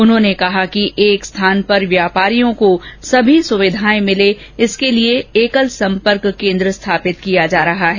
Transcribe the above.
उन्होंने कहा कि एक स्थान पर व्यापारियों को सभी सुविधाएं मिले इसके लिए एकल संपर्क केंद्र स्थापित किया जा रहा है